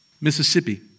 Mississippi